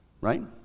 right